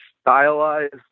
stylized